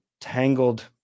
tangled